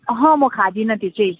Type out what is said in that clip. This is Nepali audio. अहँ म खादिनँ त्यो चाहिँ